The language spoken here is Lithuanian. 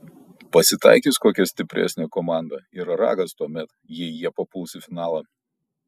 pasitaikys kokia stipresnė komanda ir ragas tuomet jei jie papuls į finalą